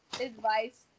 advice